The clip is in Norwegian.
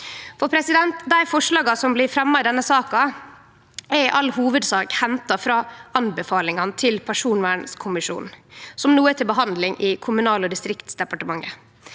som er i gang. Dei forslaga som blir fremja i denne saka, er i all hovudsak henta frå anbefalingane til personvernkommisjonen, som no er til behandling i Kommunal- og distriktsdepartementet.